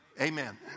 Amen